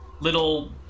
little